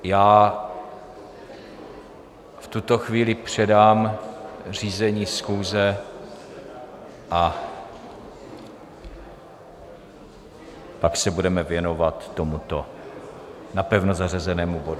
V tuto chvíli předám řízení schůze a pak se budeme věnovat tomuto napevno zařazenému bodu.